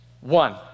One